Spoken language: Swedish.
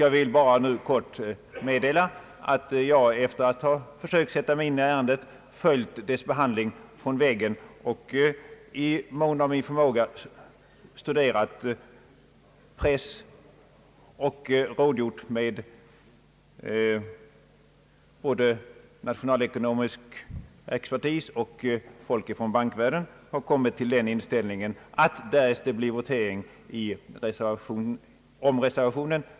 Jag vill bara helt kort meddela att jag, efter att ha försökt sätta mig in i ärendet, följt dess behandling från väggen och i mån av min förmåga studerat press och rådgjort med både nationalekonomisk expertis och folk från bankvärlden. Jag har därvid kommit till den inställningen att jag, därest det blir votering om reservationen, kommer att stödja majoritetens förslag.